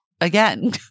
Again